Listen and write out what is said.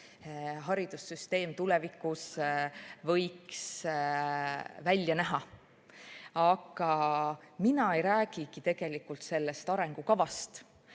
haridussüsteem tulevikus võiks välja näha. Aga mina ei räägigi tegelikult sellest arengukavast,